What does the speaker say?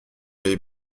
les